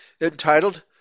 entitled